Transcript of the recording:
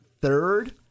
third